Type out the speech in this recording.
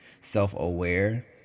self-aware